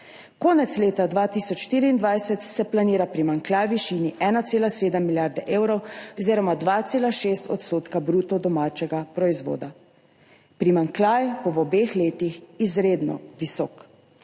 Konec leta 2024 se planira primanjkljaj v višini 1,7 milijarde evrov oziroma 2,6 % bruto domačega proizvoda. Primanjkljaj bo v obeh letih izredno visok.